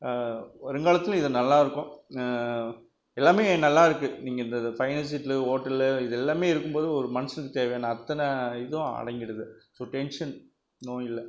வருங்காலத்தில் இது நல்லா இருக்கும் எல்லாமே நல்லா இருக்கு நீங்கள் இந்த ஃபைனல் சீட்டில் ஓட்டலு இதெல்லாமே இருக்கும்போது ஒரு மனுசனுக்கு தேவையான அத்தனை இதுவும் அடங்கிடுது ஸோ டென்ஷன் நோ இல்லை